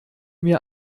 mir